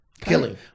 Killing